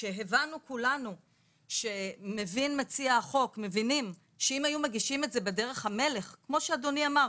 כשהבנו כולנו שאם היו מגישים את זה בדרך המלך כמו שאדוני אמר,